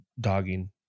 dogging